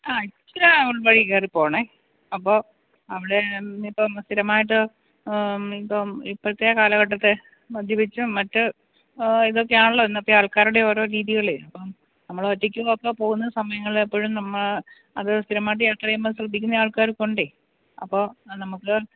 ആ ഇച്ചിരി അങ്ങോട്ടേക്ക് കയറി പോകാനെ അപ്പോൾ അവിടെ ഇപ്പോൾ സ്ഥിരമായിട്ട് ഇപ്പോൾ ഇപ്പോഴത്തെ കാലഘട്ടത്തിൽ മദ്യപിച്ചും മറ്റു ഇതൊക്കെയാണല്ലോ ഇന്നത്തെ ആൾക്കാരുടെ ഓരോ രീതികളെ അപ്പം നമ്മള് ഒറ്റയ്ക്കും ഒക്കെ പോകുന്ന സമയങ്ങളില് എപ്പഴും നമ്മെ അത് സ്ഥിരമായിട്ട് യാത്ര ചെയ്യുമ്പോൾ ശ്രദ്ധിക്കുന്ന ആൾക്കാരൊക്കെ ഉണ്ടേ അപ്പോൾ നമുക്ക്